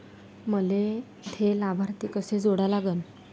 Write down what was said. मले थे लाभार्थी कसे जोडा लागन?